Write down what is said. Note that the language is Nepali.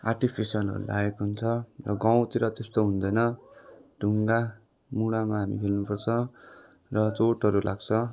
आर्टफिसियलहरू लगाएको हुन्छ र गाउँतिर त्यस्तो हुँदैन ढुङ्गा मुढामा हामी खेल्नु पर्छ र चोटहरू लाग्छ